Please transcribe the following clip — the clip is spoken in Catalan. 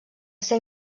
ser